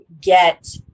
get